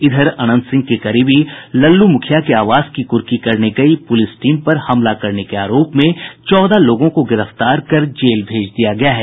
इधर अनंत सिंह के करीबी लल्लू मुखिया के आवास की कुर्की करने गयी पुलिस टीम पर हमला करने के आरोप में चौदह लोगों को गिरफ्तार कर जेल भेज दिया गया है